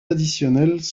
additionnels